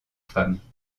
femmes